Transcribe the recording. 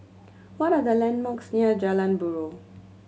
what are the landmarks near Jalan Buroh